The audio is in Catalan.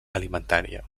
alimentària